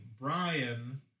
Brian